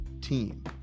team